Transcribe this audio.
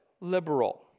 liberal